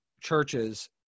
churches